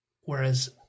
Whereas